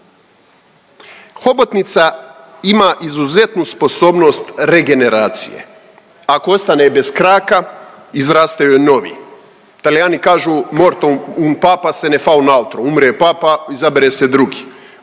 Hobotnica ima izuzetnu sposobnost regeneracije. Ako ostane bez kraka izraste još novi. Talijani kažu morto uno papas, …/Govornik se ne razumije./… umro je papa, izabere se drugi.